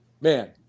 man